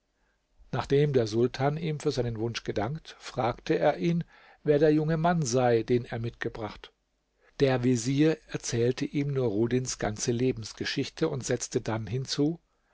nachdem der sultan ihm für seinen wunsch gedankt fragte er ihn wer der junge mann sei den er mitgebracht der vezier erzählte ihm nuruddins ganze lebensgeschichte und setzte dann hinzu